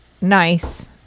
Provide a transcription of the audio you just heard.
nice